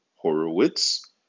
Horowitz